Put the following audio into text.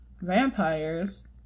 vampires